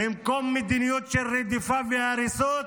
במקום מדיניות של רדיפה והריסות